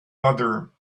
other